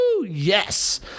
yes